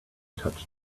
touched